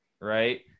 right